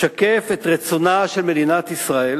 משקף את רצונה של מדינת ישראל